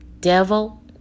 Devil